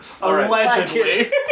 Allegedly